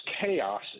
chaos